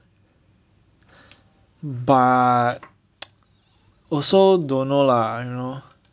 but also don't know lah you know